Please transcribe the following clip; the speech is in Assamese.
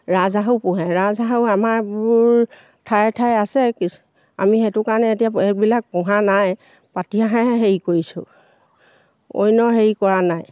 ৰাজহাঁহো পোহে ৰাজহাঁহো আমাৰবোৰ ঠাই ঠাই আছে আমি সেইটো কাৰণে এতিয়া এইবিলাক পোহা নাই পাতিহাঁহহে হেৰি কৰিছোঁ অন্য হেৰি কৰা নাই